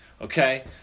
Okay